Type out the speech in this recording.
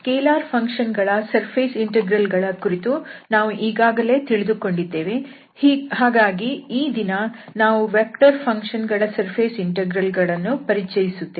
scalar function ಗಳ surface integral ಗಳನ್ನು ಕುರಿತು ನಾವು ಈಗಾಗಲೇ ತಿಳಿದುಕೊಂಡಿದ್ದೇವೆ ಹಾಗಾಗಿ ಈ ದಿನ ನಾವು ವೆಕ್ಟರ್ ಫಂಕ್ಷನ್ ಗಳ ಸರ್ಫೇಸ್ ಇಂಟೆಗ್ರಲ್ ಗಳನ್ನು ಪರಿಚಯಿಸುತ್ತೇವೆ